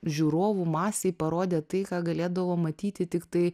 žiūrovų masei parodė tai ką galėdavo matyti tiktai